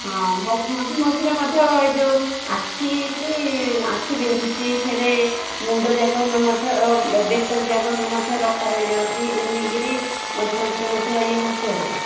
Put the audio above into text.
ହଁ ମଝିରେ ମଝିରେ ମଧ୍ୟ ଏଇ ଯେଉଁ ଆଖି କି ଆଖି ବିନ୍ଧୁଛି ଫେରେ ମୁଣ୍ଡ ଯାକ ହେଲେ ମଧ୍ୟ ବେକ ଯାକ ହେଲେ ମଧ୍ୟ ରକା ରହିଯାଉଛି ଏମିତି ହେଇକିରି ମଝିରେ ମଝିରେ ମଧ୍ୟ ଇଏ ହେଉଛି ଆଉ